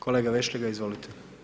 Kolega Vešligaj izvolite.